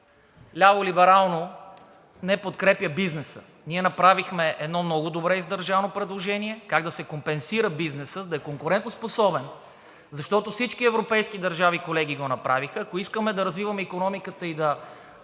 ляво-либерално, не подкрепя бизнеса. Ние направихме едно много добре издържано предложение – как да се компенсира бизнесът, за да е конкурентоспособен, защото всички европейски държави, колеги, го направиха. Ако искаме да развиваме икономиката и да